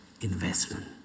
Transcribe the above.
investment